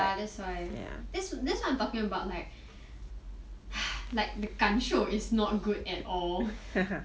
that's why that's that's what I'm talking about like like the 感受 is not good at all